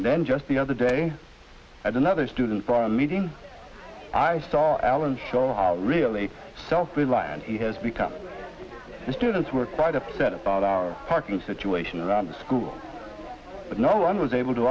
and then just the other day at another student from meeting i saw alan show how really self reliant he has become the students were quite upset about our parking situation around the school but no one was able to